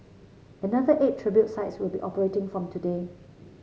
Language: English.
another eight tribute sites will be operating from today